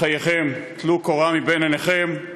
בחייכם, טלו קורה מבין עיניכם.